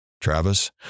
Travis